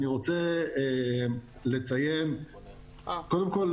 אני רוצה לציין שקודם כל,